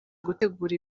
gutegura